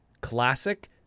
classic